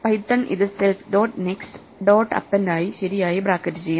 Python ഇത് self dot next dot append ആയി ശരിയായി ബ്രാക്കറ്റ് ചെയ്യും